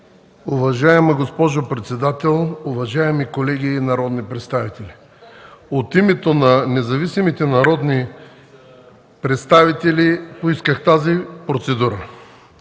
Уважаема госпожо председател, уважаеми колеги народни представители! От името на независимите народни представители, поисках тази процедура.